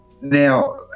now